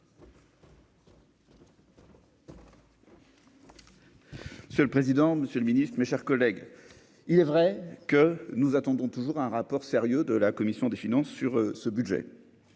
C'est le président, Monsieur le Ministre, mes chers collègues, il est vrai que nous attendons toujours un rapport sérieux de la commission des finances sur ce budget